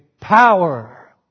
power